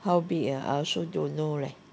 how big ah I don't know leh